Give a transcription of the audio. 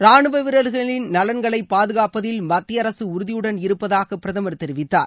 ராணுவ வீரர்களின் நலன்களை பாதுகாப்பதில் மத்திய அரசு உறுதியுடன் இருப்பதாக பிரதமர் தெரிவித்தார்